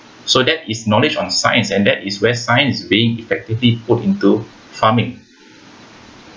so that is knowledge on science and that is where science is being effectively put into farming